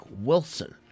Wilson